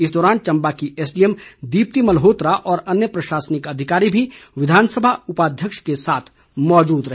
इस दौरान चम्बा की एसडीएम दीप्ति मल्होत्रा और अन्य प्रशासनिक अधिकारी भी विधानसभा उपाध्यक्ष के साथ मौजूद रहे